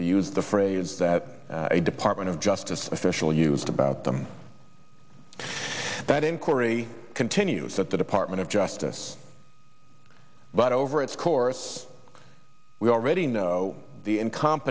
to use the phrase that a department of justice official used about them that inquiry continues at the department of justice but over its course we already know the incom